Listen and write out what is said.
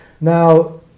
Now